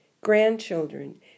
grandchildren